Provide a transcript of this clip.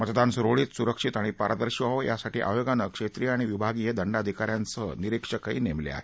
मतदान सुरळीत सुरक्षीत आणि पारदर्शी व्हावं यासाठी आयोगाने क्षेत्रीय आणि विभागीय दंडाधिकाऱ्यांसह निरिक्षकही नेमले आहेत